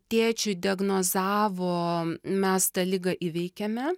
tėčiui diagnozavo mes tą ligą įveikėme